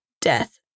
death